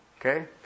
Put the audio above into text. Okay